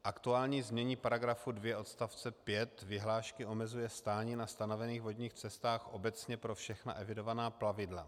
Aktuální znění § 2 odst. 5 vyhlášky omezuje stání na stanovených vodních cestách obecně pro všechna evidovaná plavidla.